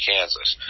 Kansas